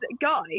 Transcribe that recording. guy